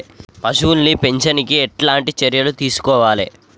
పశువుల్ని పెంచనీకి ఎట్లాంటి చర్యలు తీసుకోవాలే?